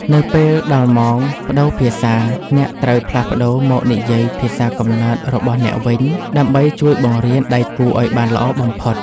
នៅពេលដល់ម៉ោងប្ដូរភាសា អ្នកត្រូវផ្លាស់ប្ដូរមកនិយាយភាសាកំណើតរបស់អ្នកវិញ ដើម្បីជួយបង្រៀនដៃគូឱ្យបានល្អបំផុត។